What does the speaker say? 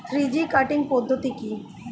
Three G cutting পদ্ধতি কি?